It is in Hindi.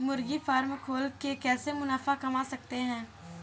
मुर्गी फार्म खोल के कैसे मुनाफा कमा सकते हैं?